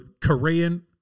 Korean